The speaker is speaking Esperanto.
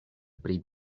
pri